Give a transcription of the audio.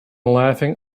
laughing